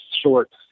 short